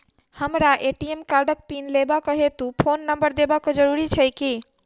हमरा ए.टी.एम कार्डक पिन लेबाक हेतु फोन नम्बर देबाक जरूरी छै की?